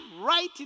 right